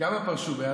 כמה פרשו מאז?